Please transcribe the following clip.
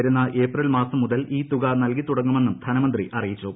വരുന്ന ഏപ്രിൽ മാസം മുതൽ ഈ തുക നൽകിത്തുടങ്ങുമെന്നും ധനമന്ത്രി അറിയിച്ചു